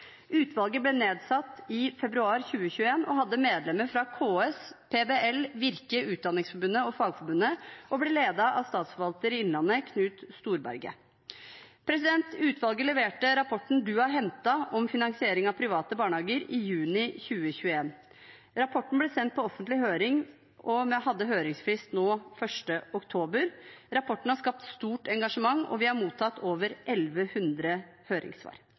Utvalget ble nedsatt i februar 2021, hadde medlemmer fra KS, PBL, Virke, Utdanningsforbundet og Fagforbundet og ble ledet av statsforvalteren i Innlandet, Knut Storberget. Utvalget leverte rapporten «Du er henta» om finansiering av private barnehager i juni 2021. Rapporten ble sendt på offentlig høring og hadde høringsfrist nå 1. oktober. Rapporten har skapt stort engasjement, og vi har mottatt over 1 100 høringssvar.